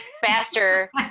faster